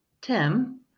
Tim